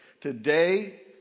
today